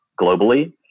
globally